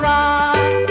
Rock